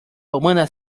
humana